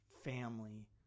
family